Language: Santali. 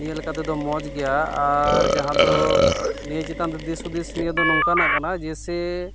ᱱᱤᱭᱟᱹ ᱞᱮᱠᱟᱛᱮᱫᱚ ᱢᱚᱡᱽ ᱜᱮᱭᱟ ᱟᱨ ᱡᱟᱦᱟᱸ ᱫᱚ ᱱᱤᱭᱟᱹ ᱪᱮᱛᱟᱱ ᱫᱤᱥ ᱦᱩᱫᱤᱥ ᱱᱤᱭᱟᱹ ᱫᱚ ᱫᱚ ᱱᱚᱝᱠᱟᱱᱟᱜ ᱠᱟᱱᱟ ᱡᱮᱥᱮ